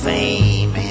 Fame